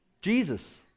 Jesus